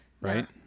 right